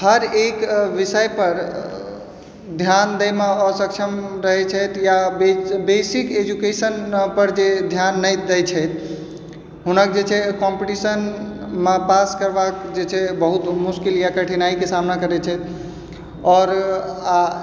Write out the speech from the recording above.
हर एक विषय पर ध्यान दएमे असक्षम रहय छथि या बेसिक एजुकेशन पर जे ध्यान नहि दै छथि हुनक जे छै कम्पिटिशनमे पास करबाक जे छै बहुत मुश्किल या कठिनाइके सामना करय छथि आओर आ